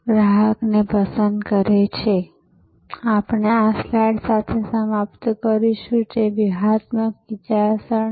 તમે જાણો છો આ ઉદ્યોગસાહસિકો છે તેઓ કર્મચારી નથી તેથી હડતાલનો કોઈ રેકોર્ડ નથી